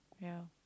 ya